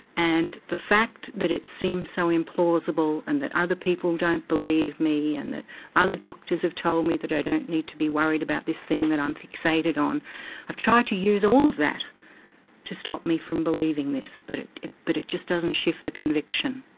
and the fact that it seems so implausible and that other people don't believe me, and that other doctors have told me that i don't need to be worried about this thing that i'm fixated on i've tried to use all of that to stop me from believing this but it it but just doesn't shift the conviction.